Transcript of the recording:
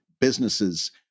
businesses